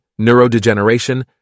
neurodegeneration